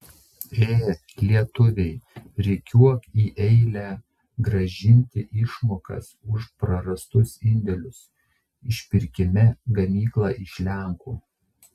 ė lietuviai rikiuok į eilę grąžinti išmokas už prarastus indėlius išpirkime gamyklą iš lenkų